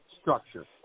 structure